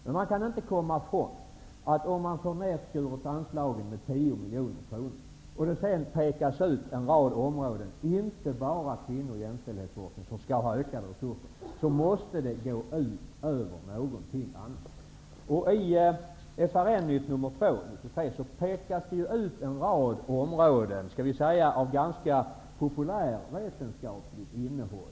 Men det går inte att komma ifrån att det måste gå ut över någonting om anslagen skärs ned med 10 miljoner kronor och det sedan pekas ut en rad områden, inte bara kvinnooch jämställdhetsforskningen, som skall få ökade resurser. I FRN-nytt nummer 2, 1993 pekas det ju ut en rad områden med, skall vi säga, ganska populärvetenskapligt innehåll.